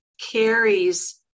carries